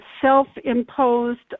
self-imposed